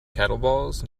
kettlebells